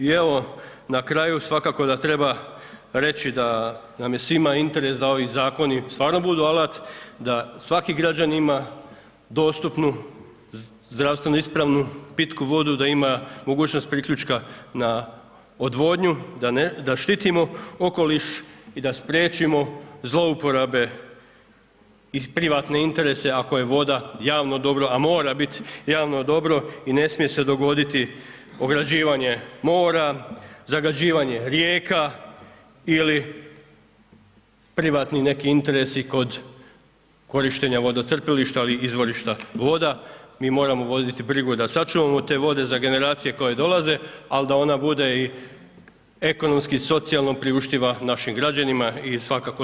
I evo na kraju svakako da treba reći da nam je svima interes da ovi Zakoni stvarno budu alat, da svaki građanin ima dostupnu zdravstveno ispravnu pitku vodu, da ima mogućnost priključka na odvodnju, da štitimo okoliš i da spriječimo zlouporabe i privatne interese ako je voda javno dobro, a mora bit' javno dobro i ne smije se dogoditi ograđivanje mora, zagađivanje rijeka ili privatni neki interesi kod korištenja vodocrpilišta ali i izvorišta voda, mi moramo voditi brigu da sačuvamo te vode za generacije koje dolaze ali da ona bude i ekonomski i socijalno priuštiva našim građanima i svakako dostupno.